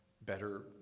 better